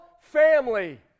family